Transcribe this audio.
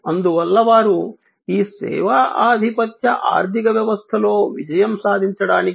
అందువల్ల వారు ఈ సేవా ఆధిపత్య ఆర్థిక వ్యవస్థలో విజయం సాధించడానికి